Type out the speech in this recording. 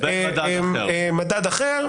מדד אחר,